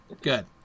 good